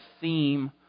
theme